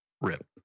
Rip